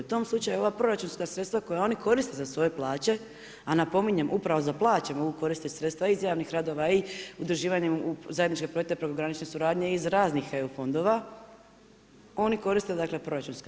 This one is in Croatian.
U tom slučaju ova proračunska sredstva koja oni koriste za svoje plaće a napominjem, upravo za plaće mogu koristiti sredstva iz javnih radova i udruživanjem u zajedničke projekte prekogranične suradnje, iz raznih EU fondova, oni koriste proračunska.